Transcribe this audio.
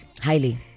Highly